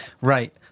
Right